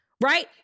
Right